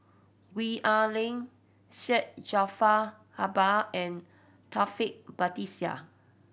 Gwee Ah Leng Syed Jaafar Albar and Taufik Batisah